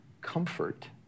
comfort